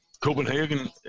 Copenhagen